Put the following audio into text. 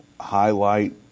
highlight